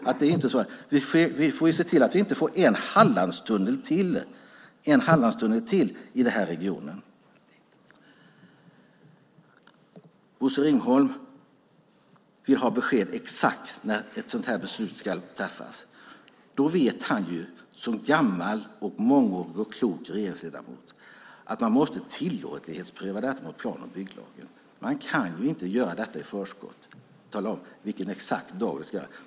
Vi får se till att vi inte får en Hallandstunnel till. Bosse Ringholm vill ha besked om exakt när ett sådant här beslut ska tas. Som gammal mångårig och klok regeringsledamot vet han att man måste tillåtlighetspröva detta mot plan och bygglagen. Man kan inte tala om exakt dag i förskott.